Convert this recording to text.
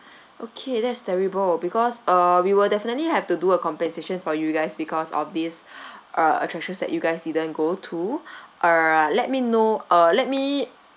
okay that's terrible because uh we will definitely have to do a compensation for you guys because of these uh attractions that you guys didn't go to err let me know uh let me